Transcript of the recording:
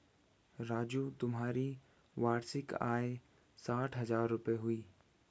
राजू तुम्हारी वार्षिक आय साठ हज़ार रूपय हुई